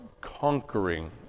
conquering